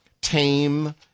tame